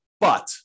But-